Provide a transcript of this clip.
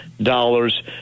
dollars